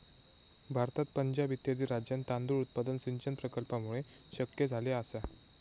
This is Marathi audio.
भारतात पंजाब इत्यादी राज्यांत तांदूळ उत्पादन सिंचन प्रकल्पांमुळे शक्य झाले आसा